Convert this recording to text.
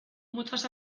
muchas